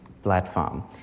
platform